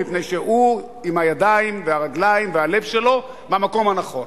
משום שהוא עם הידיים והרגליים והלב שלו במקום הנכון.